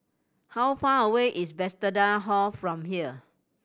how far away is Bethesda Hall from here